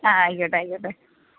അ ആയിക്കോട്ടെ ആയിക്കോട്ടെ